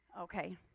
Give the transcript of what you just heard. okay